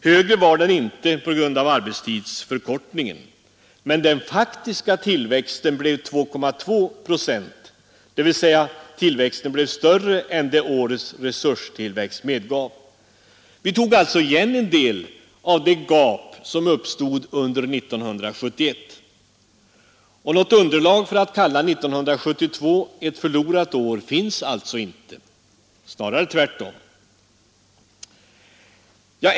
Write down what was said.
Högre var den inte på grund av arbetstidsförkortningen, men den faktiska tillväxten blev 2,2 procent, dvs. tillväxten blev större än det årets resurstillväxt medgav. Vi tog alltså igen en del av det gap som uppstått under 1971. Något underlag för att kalla 1972 för ett förlorat år finns alltså inte, snarare tvärtom.